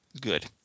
good